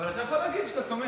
אבל אתה יכול להגיד שאתה תומך.